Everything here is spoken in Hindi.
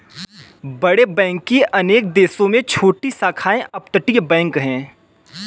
बड़े बैंक की अनेक देशों में छोटी शाखाओं अपतटीय बैंक है